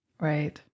Right